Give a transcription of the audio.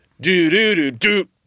Do-do-do-do